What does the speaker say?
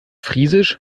friesisch